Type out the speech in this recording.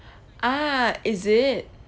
ah is it